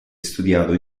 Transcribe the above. studiato